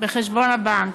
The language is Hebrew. בחשבון הבנק.